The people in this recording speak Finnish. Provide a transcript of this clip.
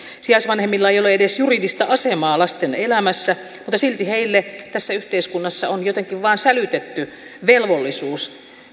sijaisvanhemmilla ei ole edes juridista asemaa lasten elämässä mutta silti heille tässä yhteiskunnassa on jotenkin vain sälytetty velvollisuus